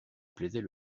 plaisait